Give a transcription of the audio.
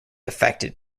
affected